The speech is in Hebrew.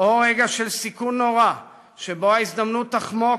או רגע של סיכון נורא שבו ההזדמנות תחמוק,